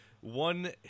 One